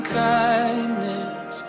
kindness